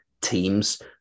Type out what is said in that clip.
teams